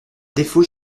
défaut